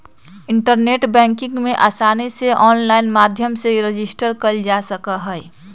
internet banking में आसानी से आनलाइन माध्यम से रजिस्टर कइल जा सका हई